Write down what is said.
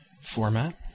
format